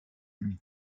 lui